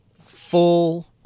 full